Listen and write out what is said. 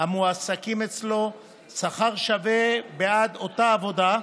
המועסקים אצלו שכר שווה בעד אותה עבודה,